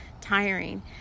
tiring